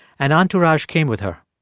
an entourage came with her.